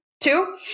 Two